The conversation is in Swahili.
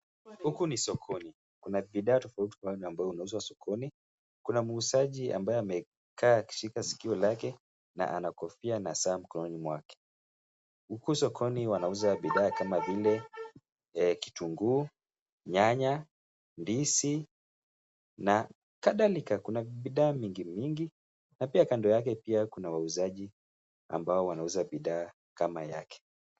Huku ni sokoni. Kuna bidhaa tofauti tofauti ambao inauzwa sokoni. Kuna muuzaji ambaye amekaa akishika sikio lake na ana kofia na saa mkononi mwake. Huku sokoni wanauza bidhaa kama vile: kitunguu, nyanya, ndizi na kadhalika. Kuna bidhaa mingi mingi na pia, kando yake pia kuna wauzaji ambao wanauza bidhaa kama yake.